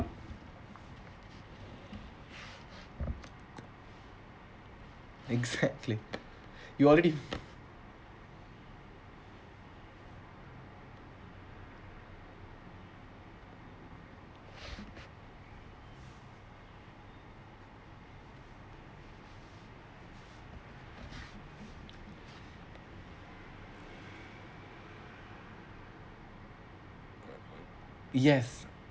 exactly you already yes